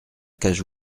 cage